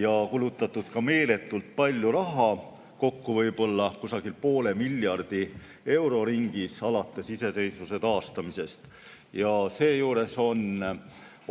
ja kulutatud meeletult palju raha, kokku võib-olla poole miljardi euro ringis alates iseseisvuse taastamisest. Seejuures on